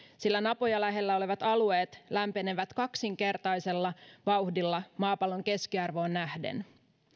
sillä napoja lähellä olevat alueet lämpenevät kaksinkertaisella vauhdilla maapallon keskiarvoon nähden